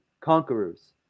conquerors